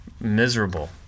miserable